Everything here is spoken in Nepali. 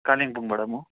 कालिम्पोङबाट म